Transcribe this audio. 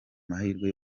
mahirwe